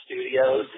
Studios